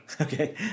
okay